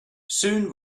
soon